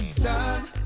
Son